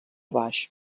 baix